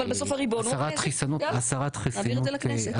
אבל בסוף הריבונות זה יאללה, נעביר את זה לכנסת.